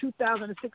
2006